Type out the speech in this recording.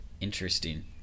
interesting